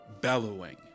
Bellowing